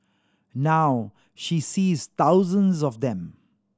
now she sees thousands of them